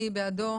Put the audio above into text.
מי בעדו?